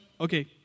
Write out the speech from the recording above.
okay